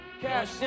Cash